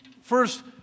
first